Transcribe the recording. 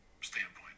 standpoint